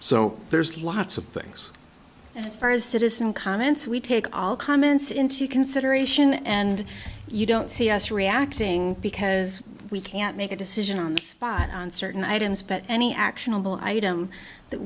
so there's lots of things as far as citizen comments we take all comments into consideration and you don't see us reacting because we can't make a decision on the spot on certain items but any actionable item that